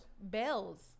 Bells